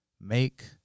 make